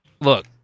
Look